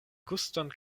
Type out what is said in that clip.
guston